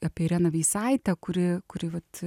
apie ireną veisaitę kuri kuri vat